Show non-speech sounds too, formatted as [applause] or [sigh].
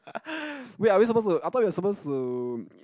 [laughs] wait are we supposed to I thought you are supposed to